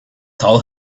told